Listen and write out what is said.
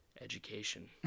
education